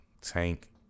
Tank